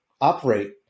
operate